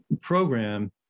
program